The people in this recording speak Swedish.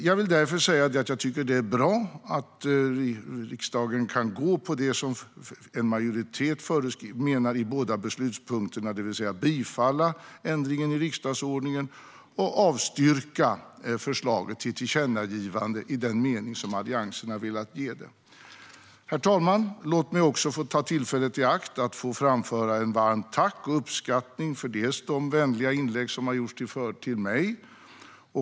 Jag vill därför säga att jag tycker att det är bra att riksdagen kan gå på det som en majoritet menar i båda beslutspunkterna, det vill säga att bifalla ändringen i riksdagsordningen och avstyrka förslaget till ett tillkännagivande i den mening Alliansen har velat ge det. Herr talman! Låt mig också få ta tillfället i akt att framföra ett varmt tack och min uppskattning bland annat för de vänliga inlägg som har gjorts till mig.